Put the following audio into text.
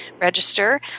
register